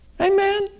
Amen